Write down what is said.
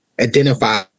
Identify